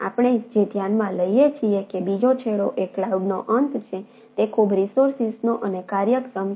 આપણે જે ધ્યાનમાં લઈએ છીએ કે બીજો છેડો એ ક્લાઉડનો અંત છે તે ખૂબ રિસોર્સિનો અને કાર્યક્ષમ છે